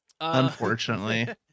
Unfortunately